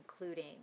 including